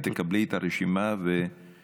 את תקבלי את הרשימה ותיסעו,